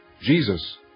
Jesus